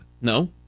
No